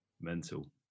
mental